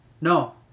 No